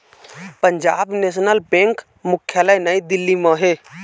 Punjab national bank मुख्यालय नई दिल्ली म हे